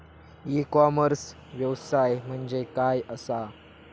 E commerce व्यवसाय म्हणजे काय असा?